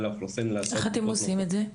האוכלוסין --- איך אתם עושים את זה?